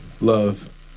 love